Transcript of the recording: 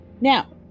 Now